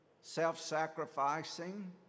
self-sacrificing